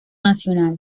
nacional